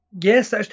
Yes